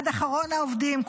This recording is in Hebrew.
עד אחרון העובדים,